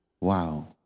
Wow